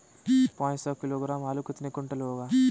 पाँच सौ किलोग्राम आलू कितने क्विंटल होगा?